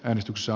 äänestyksessä